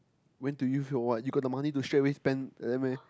when to use your what you got the money to straight away spend like that meh